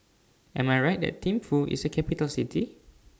Am I Right that Thimphu IS A Capital City